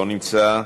לא נמצא,